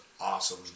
awesome